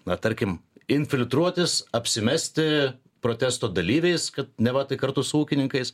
na tarkim infiltruotis apsimesti protesto dalyviais kad neva tai kartu su ūkininkais